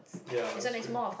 ya that's true